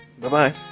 bye-bye